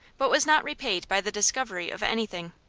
but was not repaid by the discovery of anything.